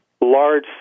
large